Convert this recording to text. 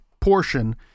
portion